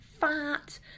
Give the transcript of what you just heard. fat